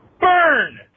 burn